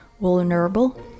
Vulnerable